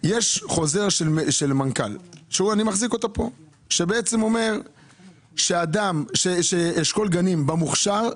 יש חוזר מנכ"ל שאני מחזיק אותו כאן והוא אומר שאשכול גנים במוכשר,